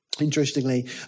Interestingly